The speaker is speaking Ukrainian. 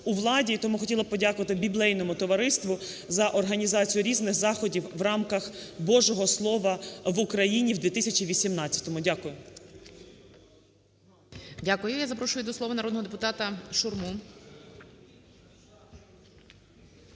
у владі. І тому б хотіла подякувати Біблейному товариству за організацію різних заходів в рамках Божого Слова в Україні в 2018-му. Дякую. ГОЛОВУЮЧИЙ. Дякую. Я запрошую до слова народного депутата Шурму.